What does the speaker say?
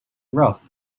rough